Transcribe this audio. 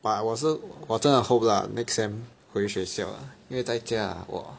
but 我是我真的 hope lah next sem 回学校 lah 因为在家 !wah!